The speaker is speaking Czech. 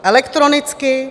Elektronicky?